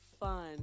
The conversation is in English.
fun